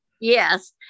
yes